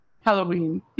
Halloween